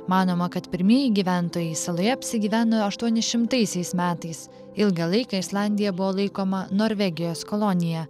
manoma kad pirmieji gyventojai saloje apsigyveno aštuonišimtaisiais metais ilgą laiką islandija buvo laikoma norvegijos kolonija